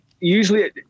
usually